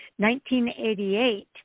1988